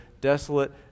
desolate